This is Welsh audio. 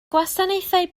gwasanaethau